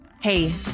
Hey